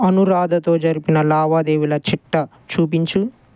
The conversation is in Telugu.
అనురాధతో జరిపిన లావాదేవీల చిట్టా చూపించు